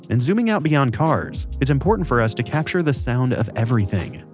and zooming out beyond cars, it's important for us to capture the sound of everything.